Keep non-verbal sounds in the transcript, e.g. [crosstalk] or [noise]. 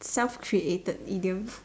self created idiom [breath]